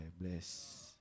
Bless